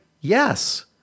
yes